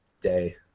day